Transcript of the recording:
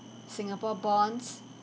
singapore bonds